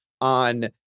on